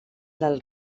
del